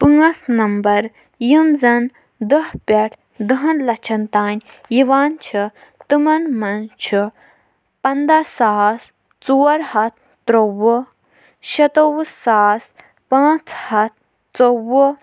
پانٛژھ نمبر یِم زَن دَہ پٮ۪ٹھ دَہَن لَچھَن تام یِوان چھِ تِمَن منٛز چھُ پنٛداہ ساس ژور ہَتھ ترٛوٚوُہ شَتووُہ ساس پانٛژھ ہَتھ ژوٚوُہ